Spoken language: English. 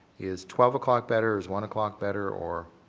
is twelve o'clock better, is one o'clock better or